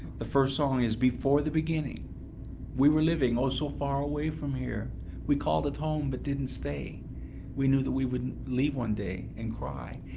the first song is before the beginning we were living oh so far away from here we called it home, but didn't stay we knew that we would leave one day and cry,